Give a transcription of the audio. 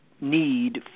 need